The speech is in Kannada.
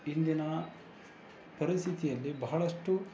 ಇಂದಿನ ಪರಿಸ್ಥಿತಿಯಲ್ಲಿ ಬಹಳಷ್ಟು